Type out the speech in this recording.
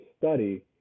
study